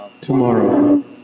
tomorrow